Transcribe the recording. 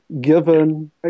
given